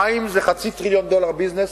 מים זה חצי טריליון דולר ביזנס,